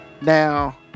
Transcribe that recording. Now